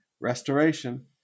Restoration